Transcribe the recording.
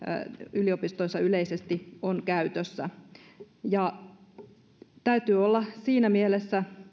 yliopistoissa yleisesti on käytössä täytyy olla siinä mielessä